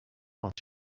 but